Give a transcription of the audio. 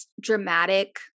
dramatic